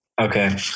okay